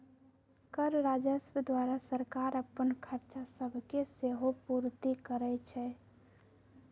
कर राजस्व द्वारा सरकार अप्पन खरचा सभके सेहो पूरति करै छै